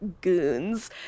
goons